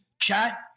chat